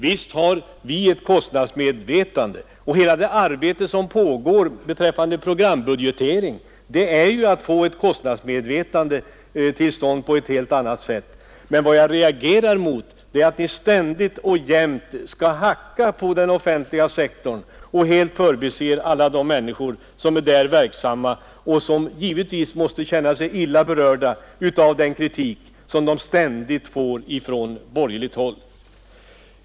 Visst har vi ett kostnadsmedvetande inom den offentliga sektorn, och hela det arbete som pågår med programbudgetering syftar ju till att få till stånd ett ännu starkare kostnadsmedvetande. Men vad jag reagerar mot är att Ni ständigt och jämt skall hacka på den offentliga sektorn och helt förbiser alla de människor som är verksamma inom denna och som givetvis måste känna sig illa berörda av den kritik som de oavbrutet utsätts för från Ert håll.